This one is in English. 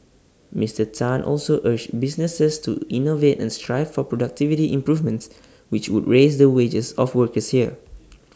Mister Tan also urged businesses to innovate and strive for productivity improvements which would raise the wages of workers here